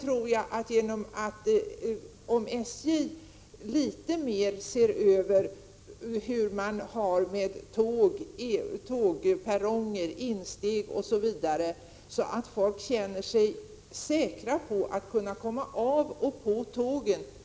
Vidare anser jag att SJ närmare skulle kunna se över hur man har det med perronger för tågen, insteg osv., så att människor känner sig säkra om att kunna komma av och på tågen.